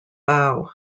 bow